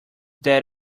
that